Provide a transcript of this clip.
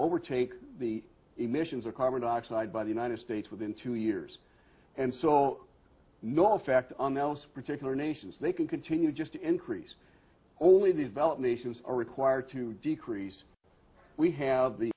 overtake the emissions of carbon dioxide by the united states within two years and so no effect on those particular nations they can continue just to increase only developed nations are required to decrease we have the